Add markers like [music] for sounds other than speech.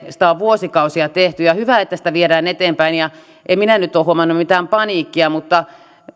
[unintelligible] ja sitä on vuosikausia tehty hyvä että sitä viedään eteenpäin en minä nyt ole huomannut mitään paniikkia mutta